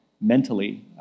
mentally